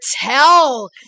tell